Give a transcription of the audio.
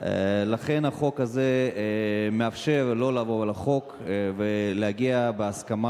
לכן החוק הזה מאפשר לא לעבור על החוק ולהגיע להסכמה